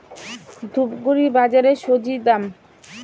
ধূপগুড়ি বাজারের স্বজি দাম?